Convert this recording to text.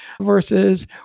versus